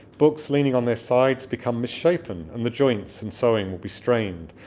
books leaning on their sides become misshapen and the joints and sewing will be strained,